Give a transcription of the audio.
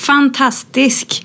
Fantastisk